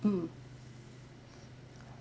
mm